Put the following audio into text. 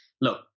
look